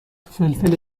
فلفل